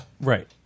Right